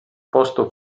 posto